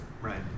Right